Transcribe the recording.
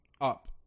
up